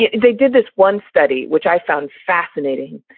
yeah they did this one study which i found fascinating,